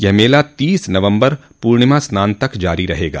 यह मेला तीस नवम्बर पूर्णिमा स्नान तक जारी रहेगा